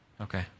Okay